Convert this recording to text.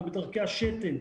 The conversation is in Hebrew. בדרכי השתן,